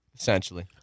Essentially